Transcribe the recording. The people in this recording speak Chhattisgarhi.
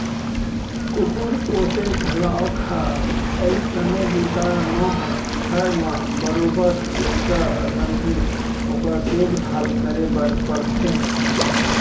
कुकुर पोसे घलौक ह अइसने बूता नोहय घर म बरोबर लइका असन ही ओकर देख भाल करे बर परथे